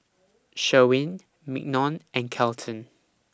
Sherwin Mignon and Kelton